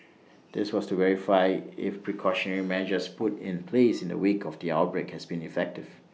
this was to verify if precautionary measures put in place in the wake of the outbreak has been effective